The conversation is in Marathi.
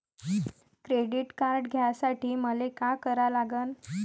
क्रेडिट कार्ड घ्यासाठी मले का करा लागन?